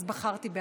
אז בחרתי.